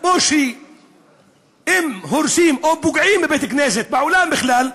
כמו שאם הורסים או פוגעים בבית-כנסת בעולם בכלל,